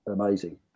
amazing